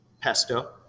Pesto